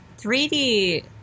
3D